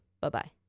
Bye-bye